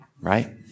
right